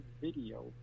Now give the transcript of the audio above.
video